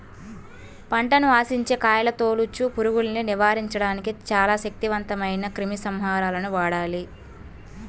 పంటను ఆశించే కాయతొలుచు పురుగుల్ని నివారించడానికి చాలా శక్తివంతమైన క్రిమిసంహారకాలను వాడాలి